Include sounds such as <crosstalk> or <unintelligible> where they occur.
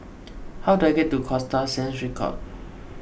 how do I get to Costa Sands <unintelligible>